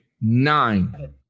nine